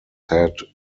had